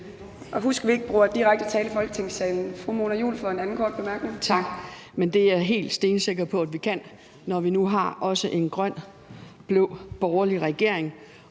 Husk, at vi ikke bruger direkte tiltale i Folketingssalen. Fru Mona Juul for en anden kort bemærkning. Kl. 17:54 Mona Juul (KF): Tak. Det er jeg stensikker på at vi kan, når vi nu også har en grøn-blå borgerlig regering,